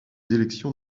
élections